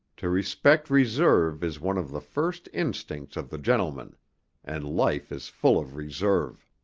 to respect reserve is one of the first instincts of the gentleman and life is full of reserve.